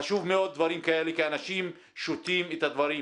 חשוב מאוד דברים כאלה כי אנשים שותים את הדברים.